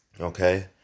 Okay